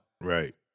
Right